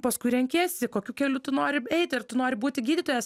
paskui renkiesi kokiu keliu tu nori eit ar tu nori būti gydytojas